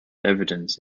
evidence